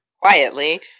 quietly